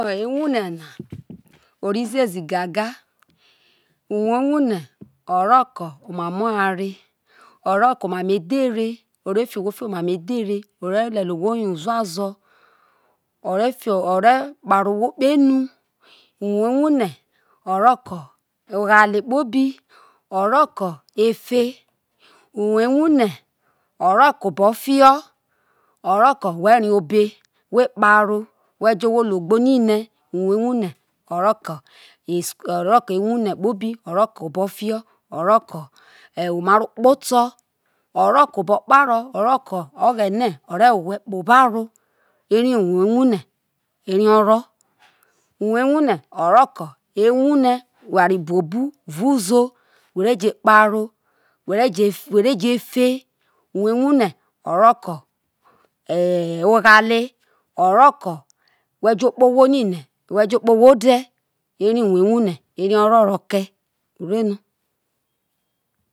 Wo ewane na ori ziezi gaga uwo ewane oro ko emamo oware oroko emamo edhere ore fio owho fio emamo edhen ore le uve ohwo o yo uzuazo ore fio ore kpare owho kpe enu uwo ewune oro ko ogbale kpobi oro efe uwo ewu oro ko obofio oro ko we ri obe we kparo we jo owho logbo ni ne uwo ewunre oro ko obo fiho oro ko omaro kpoto oro ko obokparo oghene re wo we kpo baro eri uwo ewune eri oro uwo ewune oro ko ewune eware buobu evao uzo ore je wawe kparo were jefe uwo ewu ne oro ko e e oghale oro ko wi jo okpowo ode eri uwo owune eri oro ro ke ureno.